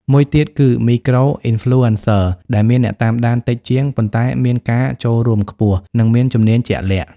មួយទៀតគឺ Micro-Influencers ដែលមានអ្នកតាមដានតិចជាង ប៉ុន្តែមានការចូលរួមខ្ពស់ និងមានជំនាញជាក់លាក់។